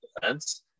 defense